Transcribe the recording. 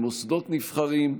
עם מוסדות נבחרים,